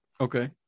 Okay